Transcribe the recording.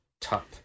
top